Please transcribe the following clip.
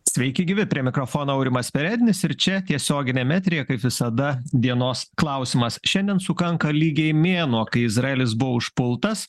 sveiki gyvi prie mikrofono aurimas perednis ir čia tiesioginiam eteryje kaip visada dienos klausimas šiandien sukanka lygiai mėnuo kai izraelis buvo užpultas